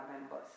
members